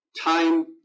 time